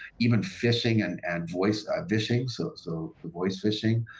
even phishing and and voice ah vishing. so so the voice phishing.